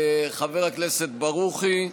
חבר הכנסת ברוכי,